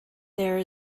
there